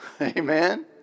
amen